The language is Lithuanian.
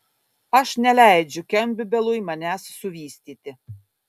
aš neleidžiu kempbelui manęs suvystyti